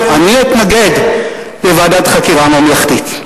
אומר: אני אתנגד לוועדת חקירה ממלכתית.